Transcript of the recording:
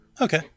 okay